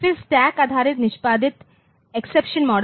फिर स्टैक आधारित निष्पादित एक्सेप्शन मॉडल